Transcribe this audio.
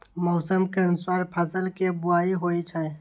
मौसम के अनुसार फसल के बुआइ होइ छै